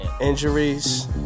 Injuries